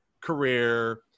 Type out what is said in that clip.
career